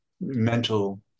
mental